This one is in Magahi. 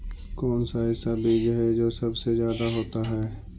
कौन सा ऐसा बीज है जो सबसे ज्यादा होता है?